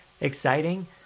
exciting